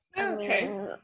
Okay